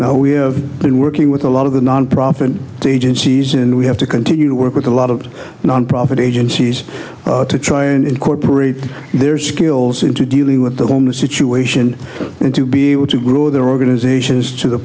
now we have been working with a lot of the nonprofit agencies and we have to continue to work with a lot of nonprofit agencies to try and incorporate their skills into dealing with the on the situation and to be able to grow their organizations to the